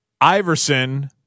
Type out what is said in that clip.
Iverson